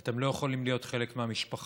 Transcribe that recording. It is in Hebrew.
אתם לא יכולים להיות חלק מהמשפחה,